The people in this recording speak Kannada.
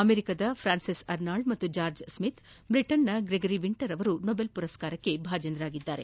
ಅಮೆರಿಕದ ಪ್ರಾನ್ಸೆಸ್ ಅರ್ನಾಲ್ಡ್ ಹಾಗೂ ಚಾರ್ಜ್ ಸ್ಕಿತ್ ಬ್ರಿಟನ್ನಿನ ಗ್ರೇಗರಿ ವಿಂಟರ್ ಅವರು ಸೊಬೆಲ್ ಪುರಸ್ಕಾರಕ್ಕೆ ಭಾಜನರಾಗಿದ್ದಾರೆ